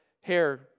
hair